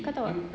kau tahu tak